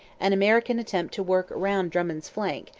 an american attempt to work round drummond's flank,